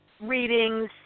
readings